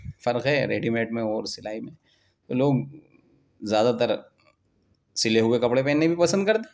فرق ہے ریڈیمیڈ میں اور سلائی میں تو لوگ زیادہ تر سلے ہوئے کپڑے پہننے بھی پسند کرتے ہیں